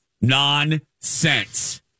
Nonsense